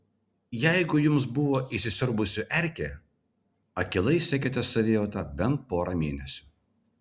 jeigu jums buvo įsisiurbusi erkė akylai sekite savijautą bent porą mėnesių